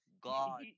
God